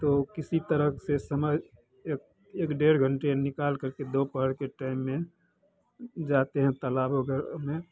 तो किसी तरह से समय एक एक डेढ़ घन्टे निकाल करके दोपहर के टाइम में जाते हैं तालाब वग़ैरह में